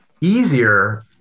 easier